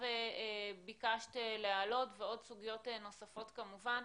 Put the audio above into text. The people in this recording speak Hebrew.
ביקשת להעלות ועוד סוגיות נוספות כמובן.